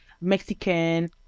Mexican